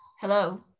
Hello